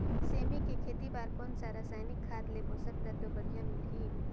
सेमी के खेती बार कोन सा रसायनिक खाद ले पोषक तत्व बढ़िया मिलही?